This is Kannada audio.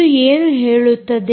ಇದು ಏನು ಹೇಳುತ್ತದೆ